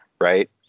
right